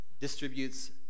distributes